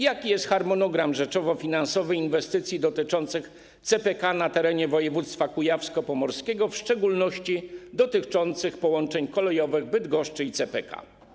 Jaki jest harmonogram rzeczowo-finansowy inwestycji dotyczących CPK na terenie województwa kujawsko-pomorskiego, w szczególności dotyczący połączeń kolejowych Bydgoszczy i CPK?